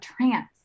trance